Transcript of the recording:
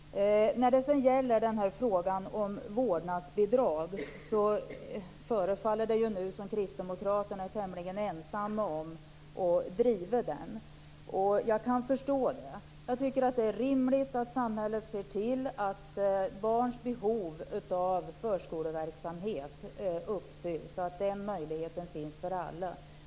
När det sedan gäller frågan om vårdnadsbidrag förefaller det nu som om kristdemokraterna är tämligen ensamma om att driva den, och jag kan förstå det. Jag tycker att det är rimligt att samhället ser till att barns behov av förskoleverksamhet uppfylls, så att möjligheten till förskoleverksamhet finns för alla.